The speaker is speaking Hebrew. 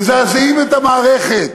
מזעזעים את המערכת,